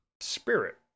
Spirit